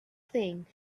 thing